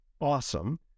awesome